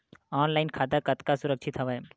Online खाता कतका सुरक्षित हवय?